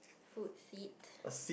food seat